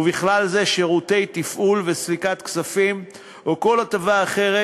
ובכלל זה שירותי תפעול וסליקת כספים או כל הטבה אחרת,